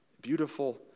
Beautiful